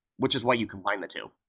which is why you combine the two.